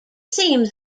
seems